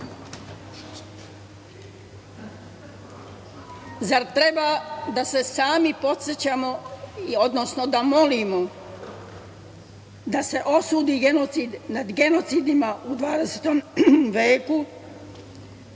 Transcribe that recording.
treba da se sami podsećamo, odnosno da molimo da se osudi genocid nad genocidima u 20. veku